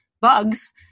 bugs